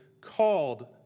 called